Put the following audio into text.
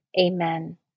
Amen